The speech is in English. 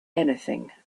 anything